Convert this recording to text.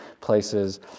places